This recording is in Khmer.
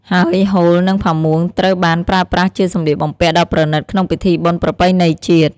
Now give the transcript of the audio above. ហើយហូល និងផាមួង ត្រូវបានប្រើប្រាស់ជាសំលៀកបំពាក់ដ៏ប្រណិតក្នុងពិធីបុណ្យប្រពៃណីជាតិ។